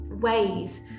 ways